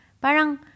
Parang